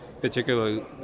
particularly